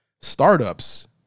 startups